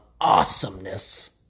awesomeness